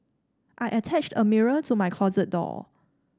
I attached a mirror to my closet door